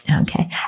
okay